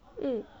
mm